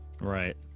right